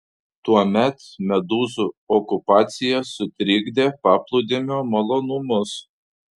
tuomet medūzų okupacija sutrikdė paplūdimio malonumus